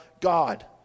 God